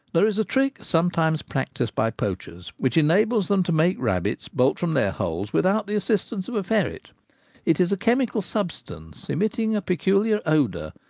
there is a trick sometimes practised by poachers which enables them to make rabbits bolt from their holes without the assistance of a ferret it is a chemical substance emitting a peculiar odour,